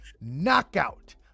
knockout